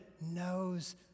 knows